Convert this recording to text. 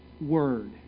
word